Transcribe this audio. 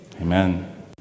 Amen